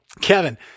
Kevin